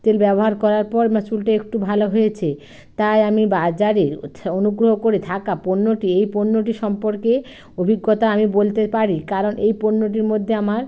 তেল ব্যবহার করার পর আমার চুলটা একটু ভালো হয়েছে তাই আমি বাজারের হচ্ছে অনুগ্রহ করে থাকা পণ্যটি এই পণ্যটি সম্পর্কে অভিজ্ঞতা আমি বলতে পারি কারণ এই পণ্যটির মধ্যে আমার